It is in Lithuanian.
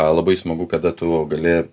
labai smagu kada tu gali